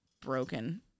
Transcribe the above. broken